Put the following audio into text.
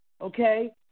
Okay